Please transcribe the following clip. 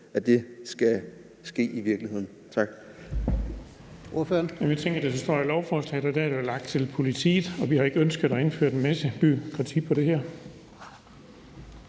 at det skal ske i virkeligheden? Tak.